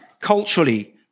culturally